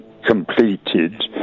Completed